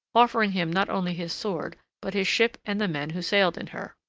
offering him not only his sword, but his ship and the men who sailed in her.